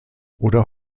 oder